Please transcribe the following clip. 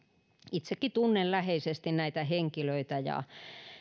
itsekin tunnen läheisesti näitä henkilöitä ja